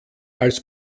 als